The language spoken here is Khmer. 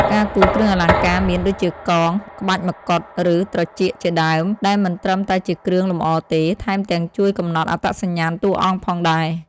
ការគូរគ្រឿងអលង្ការមាន ដូចជាកង ក្បាច់ម្កុដ ឬត្រចៀកជាដើម ដែលមិនត្រឹមតែជាគ្រឿងលម្អទេ ថែមទាំងជួយកំណត់អត្តសញ្ញាណតួអង្គផងដែរ។